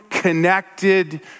connected